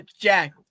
jack